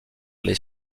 les